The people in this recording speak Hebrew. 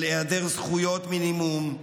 של היעדר זכויות מינימום,